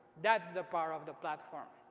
that's the power of the platform.